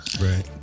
Right